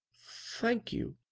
thank you,